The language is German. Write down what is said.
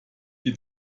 die